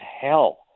hell